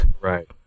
Right